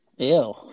Ew